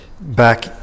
back